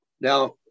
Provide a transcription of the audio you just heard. Now